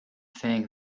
think